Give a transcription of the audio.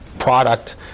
product